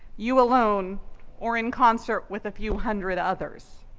you alone or in concert with a few hundred others.